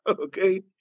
Okay